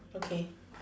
okay